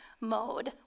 mode